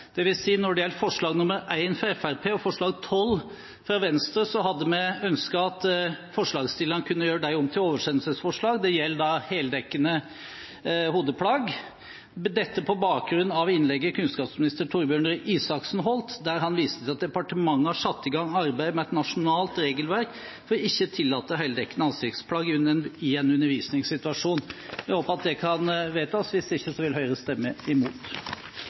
Forslag nr. 1, fra Fremskrittspartiet og nr. 12, fra Venstre, hadde vi ønsket at forslagsstillerne kunne gjøre om til oversendelsesforslag – det gjelder heldekkende hodeplagg – dette på bakgrunn av innlegget kunnskapsminister Torbjørn Røe Isaksen holdt, der han viste til at departementet har satt i gang et arbeid med et nasjonalt regelverk for ikke å tillate heldekkende ansiktsplagg i en undervisningssituasjon. Vi håper at det kan vedtas, og hvis ikke vil Høyre stemme imot.